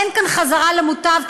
אין כאן חזרה למוטב,